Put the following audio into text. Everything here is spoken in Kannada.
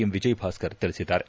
ಎಂ ವಿಜಯಭಾಸ್ಕರ್ ತಿಳಿಸಿದ್ದಾರೆ